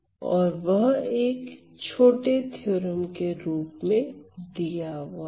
और वह एक छोटे थ्योरम के रूप में दिया हुआ है